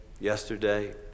yesterday